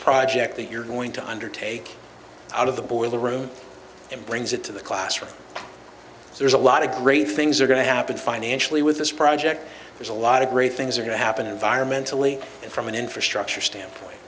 project that you're going to undertake out of the boiler room and brings it to the classroom there's a lot of great things are going to happen financially with this project there's a lot of great things are going to happen in vire mentally and from an infrastructure standpoint